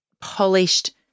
polished